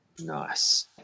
Nice